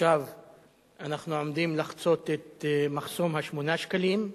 עכשיו אנחנו עומדים לחצות את מחסום 8 השקלים.